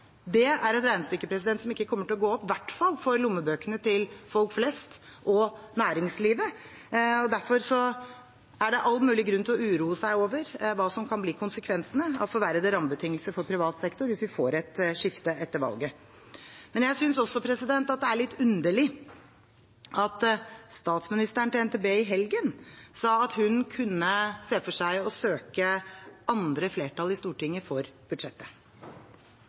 Det er et regnestykke som i hvert fall ikke kommer til å gå opp for lommebøkene til folk flest og næringslivet. Derfor er det all mulig grunn til å uroe seg over hva som kan bli konsekvensene av forverrede rammebetingelser for privat sektor hvis vi får et skifte etter valget. Jeg synes også det er litt underlig at statsministeren i helgen sa til NTB at hun kunne se for seg å søke andre flertall i Stortinget for budsjettet.